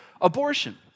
abortion